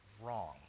wrong